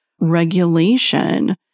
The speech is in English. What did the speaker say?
regulation